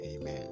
Amen